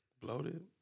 Bloated